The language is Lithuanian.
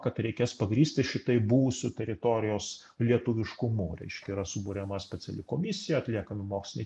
kad reikės pagrįsti šitaip buvusiu teritorijos lietuviškumu reiškia yra suburiama speciali komisija atliekami moksliniai